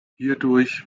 hierdurch